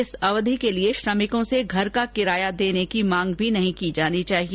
इस अवधि के लिए श्रमिकों से घर का किराया देने की मांग भी नहीं की जानी चाहिए